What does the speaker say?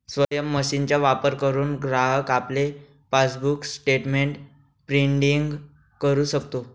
स्वयम मशीनचा वापर करुन ग्राहक आपले पासबुक स्टेटमेंट प्रिंटिंग करु शकतो